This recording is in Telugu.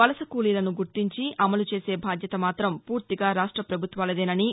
వలస కూలీలను గుర్తించి అమలు చేసే బాధ్యత మాత్రం పూర్తిగా రాష్ట పభుత్వాలదేనని